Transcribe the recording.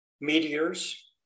meteors